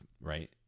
Right